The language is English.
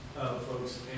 folks